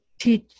Teach